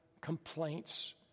complaints